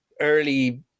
early